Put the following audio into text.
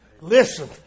Listen